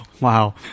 wow